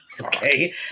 Okay